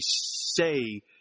say –